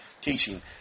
teaching